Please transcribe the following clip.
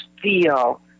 feel